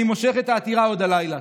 ואני מושך את העתירה עוד הלילה.